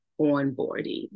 onboarding